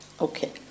Okay